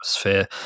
atmosphere